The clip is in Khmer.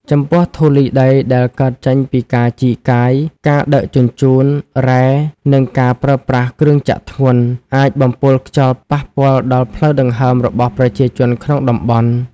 ចំពោះធូលីដីដែលកើតចេញពីការជីកកាយ ការដឹកជញ្ជូនរ៉ែ និងការប្រើប្រាស់គ្រឿងចក្រធ្ងន់ អាចបំពុលខ្យល់ប៉ះពាល់ដល់ផ្លូវដង្ហើមរបស់ប្រជាជនក្នុងតំបន់។